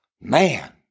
man